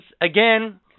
again